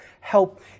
help